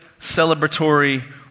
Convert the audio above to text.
celebratory